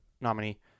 nominee